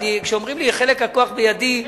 כשאומרים לי שחלק מהכוח בידי,